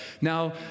Now